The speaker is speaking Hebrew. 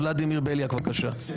ולדימיר בליאק, בבקשה.